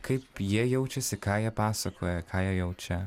kaip jie jaučiasi ką jie pasakoja ką jaučia